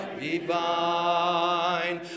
divine